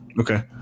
Okay